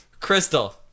Crystal